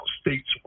states